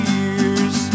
years